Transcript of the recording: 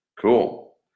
Cool